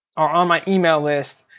are on my email list,